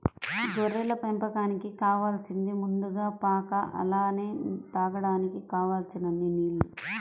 గొర్రెల పెంపకానికి కావాలసింది ముందుగా పాక అలానే తాగడానికి కావలసినన్ని నీల్లు